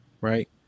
Right